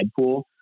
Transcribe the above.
deadpool